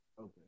Okay